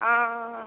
ஆ